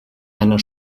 einer